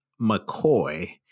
McCoy